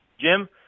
Jim